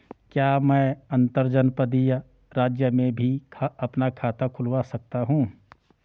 क्या मैं अंतर्जनपदीय राज्य में भी अपना खाता खुलवा सकता हूँ?